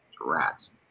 Rats